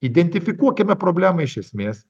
identifikuokime problemą iš esmės